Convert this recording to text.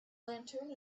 lantern